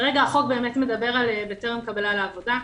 כרגע החוק מדבר על בטרם קבלה לעבודה.